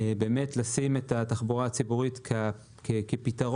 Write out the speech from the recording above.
באמת לשים את התחבורה הציבורית כפתרון